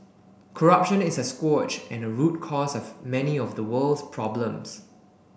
corruption is a scourge and a root cause of many of the world's problems